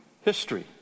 history